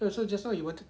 oh so just now you wanted